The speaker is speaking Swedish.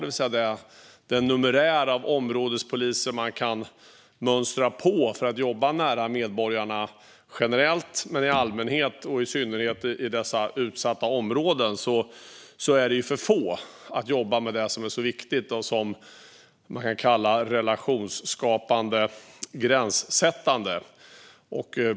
Det handlar alltså om den numerär av områdespoliser som jobbar nära medborgarna i allmänhet och i synnerhet i dessa utsatta områden. De är för få, och de ska jobba med detta som är så viktigt och som man kan kalla relationsskapande och gränssättande.